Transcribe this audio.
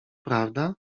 prawda